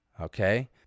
Okay